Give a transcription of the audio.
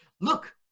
Look